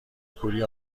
کوری